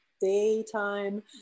daytime